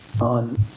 on